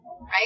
right